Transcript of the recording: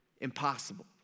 Impossible